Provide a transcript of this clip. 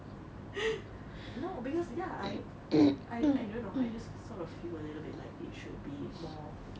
no because ya I I I don't know I just sort of feel a little bit like it should be more